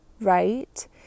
right